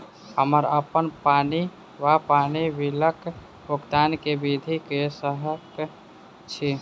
हम्मर अप्पन पानि वा पानि बिलक भुगतान केँ विधि कऽ सकय छी?